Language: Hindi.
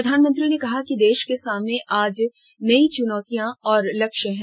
प्रधानमंत्री ने कहा कि देश के सामने आज नई चुनौतियां और लक्ष्य हैं